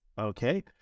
Okay